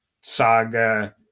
saga